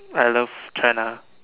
I love China